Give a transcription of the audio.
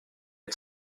ett